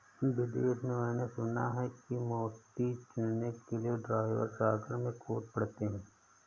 विदेश में मैंने सुना है कि मोती चुनने के लिए ड्राइवर सागर में कूद पड़ते हैं